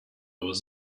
was